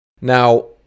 Now